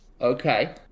okay